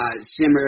Simmer